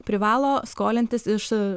privalo skolintis iš